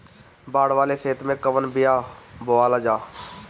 बाड़ वाले खेते मे कवन बिया बोआल जा?